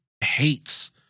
hates